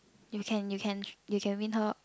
you can you can you can win her